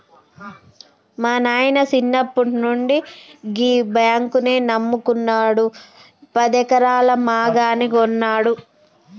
మా నాయిన సిన్నప్పట్నుండి గీ బాంకునే నమ్ముకున్నడు, పదెకరాల మాగాని గొన్నడు